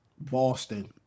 Boston